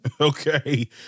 Okay